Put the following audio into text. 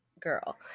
girl